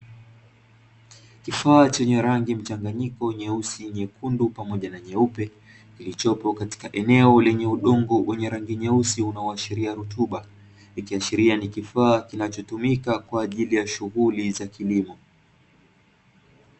Kifaa chenye rangi mchamganyiko wa nueusi, nyekundu pamoja na nyeupe kilichopo katika eneo lenye udongo wenye rangi nyeusi unaoashiria rutuba, ikiashiria ni kifaa kinachotumika kwa ajili ya shughuli za kilimo.